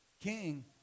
king